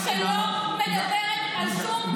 שלא מדברת על שום דבר אלא אם כן זה משרת אותה?